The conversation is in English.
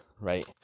right